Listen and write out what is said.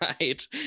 right